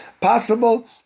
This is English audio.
possible